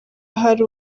hari